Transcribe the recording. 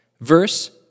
verse